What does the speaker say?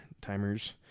timers